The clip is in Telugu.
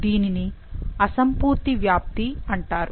దీనిని అసంపూర్తి వ్యాప్తి అంటారు